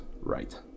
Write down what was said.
right